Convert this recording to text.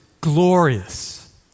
glorious